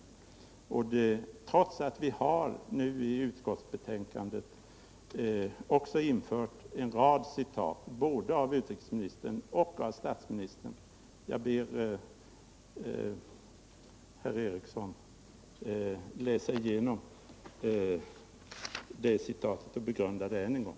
Vi har ju också i utskottsbetänkandet infört en rad klara citat både av utrikesministern och av statsministern. Jag tycker att herr Ericson bör läsa igenom dessa citat och ur denna synvinkel begrunda dem än en gång.